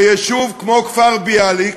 יישוב כמו כפר-ביאליק,